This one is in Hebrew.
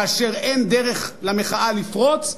כאשר אין דרך למחאה לפרוץ,